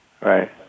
Right